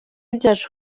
byacu